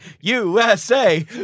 USA